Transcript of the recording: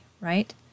right